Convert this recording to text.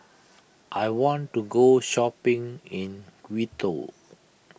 I want to go shopping in Quito